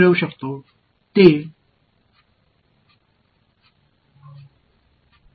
நான் இங்கிருந்து பெறக்கூடியது